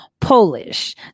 Polish